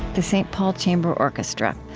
the st. paul chamber orchestra,